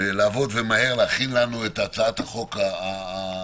לעבוד ומהר להכין לנו את הצעת החוק הגדולה,